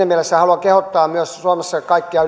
mielessä haluan myös kehottaa suomessa kaikkia